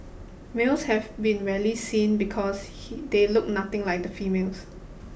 males have been rarely seen because he they look nothing like the females